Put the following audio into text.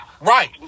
Right